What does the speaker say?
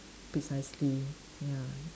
precisely ya